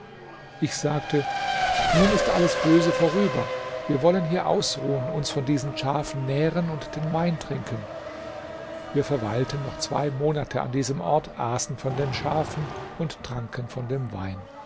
ich sagte nun ist alles böse vorüber wir wollen hier ausruhen uns von diesen schafen nähren und den wein trinken wir verweilten noch zwei monate an diesem ort aßen von den schafen und tranken von dem wein